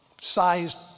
sized